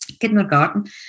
kindergarten